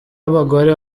abagore